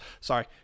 Sorry